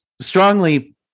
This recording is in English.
strongly